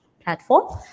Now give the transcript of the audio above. platform